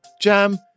Jam